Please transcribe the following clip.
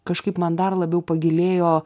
kažkaip man dar labiau pagilėjo